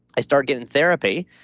i started getting therapy.